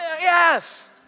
yes